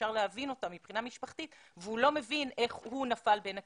שאפשר להבין אותה מבחינה משפחתית והוא לא מבין איך הוא נפל בין הכיסאות.